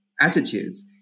attitudes